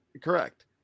correct